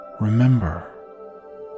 Remember